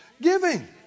giving